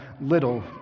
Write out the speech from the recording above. little